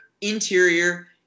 interior